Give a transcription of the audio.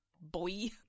boy